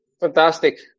Fantastic